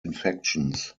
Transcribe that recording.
infections